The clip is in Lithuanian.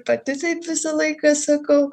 pati taip visą laiką sakau